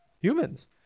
humans